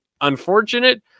unfortunate